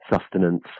sustenance